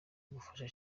gufasha